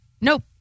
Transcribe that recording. nope